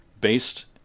based